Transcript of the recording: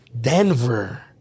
Denver